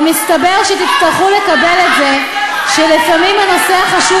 ומתברר שתצטרכו לקבל את זה שלפעמים הנושא החשוב